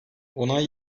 onay